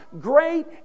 great